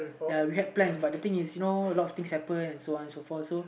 ya we had plans but the thing is you know a lot things happen and so on and so forth so